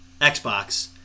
Xbox